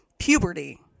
puberty